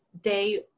day